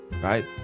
Right